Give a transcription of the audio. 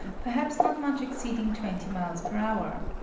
perhaps not much exceeding twenty miles per hour,